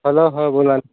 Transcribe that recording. hello हं बोला